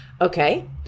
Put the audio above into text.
Okay